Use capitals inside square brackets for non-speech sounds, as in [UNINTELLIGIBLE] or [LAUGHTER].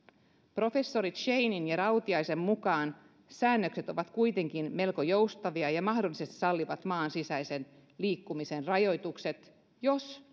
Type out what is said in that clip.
professori scheininin ja rautiaisen mukaan säännökset ovat kuitenkin melko joustavia ja mahdollisesti sallivat maan sisäisen liikkumisen rajoitukset jos [UNINTELLIGIBLE]